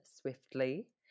swiftly